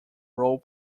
role